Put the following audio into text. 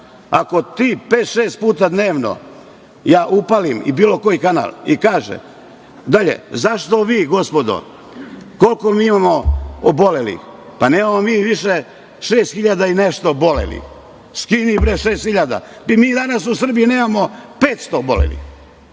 Ako ti pet, šest puta dnevno, ja upalim i bilo koji kanal i kaže, dalje, zašto vi gospodo, koliko mi imamo obolelih, pa nemamo mi više 6.000 i nešto obolelih, skini bre 6.000, i mi danas u Srbiji nemamo 500 obolelih,